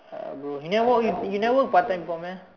uh bro you never work you never work part time before meh